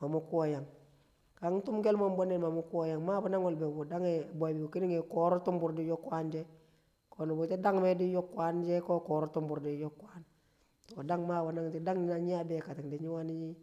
mamu i kuwo yang, ka yan tumkel mo ang be bonnedi mamu kwo yam, mabu na wal bebu̱ dang e bebu kining e koro tumibur din yo̱k kwanshe, ko nubu she̱ dang me me yak kwang she yok kwanshe ko koro tumbur ko dang mabu nagshi na nyi a bekatin dinyi wani̱.